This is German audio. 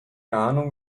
ahnung